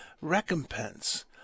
recompense